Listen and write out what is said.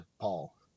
Paul